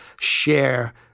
share